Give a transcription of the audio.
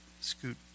scoot